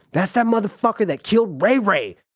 that's that motherfucker that killed ray ray!